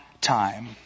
time